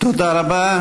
תודה רבה.